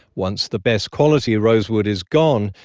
once the best quality rosewood is gone,